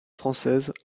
française